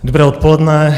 Dobré odpoledne.